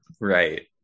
Right